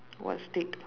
what stick